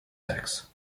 tax